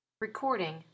Recording